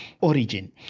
origin